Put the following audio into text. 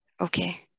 Okay